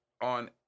on